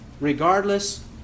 regardless